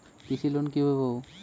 কৃষি লোন কিভাবে পাব?